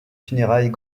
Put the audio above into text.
funérailles